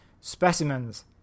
Specimens